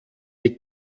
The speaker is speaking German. die